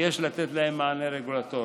ויש לתת לכך מענה רגולטורי.